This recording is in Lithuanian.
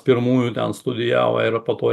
pirmųjų ten studijavo ir po to